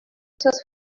seus